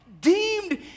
deemed